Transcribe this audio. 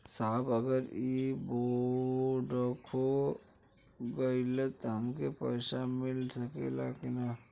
साहब अगर इ बोडखो गईलतऽ हमके पैसा मिल सकेला की ना?